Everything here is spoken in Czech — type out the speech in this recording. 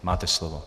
Máte slovo.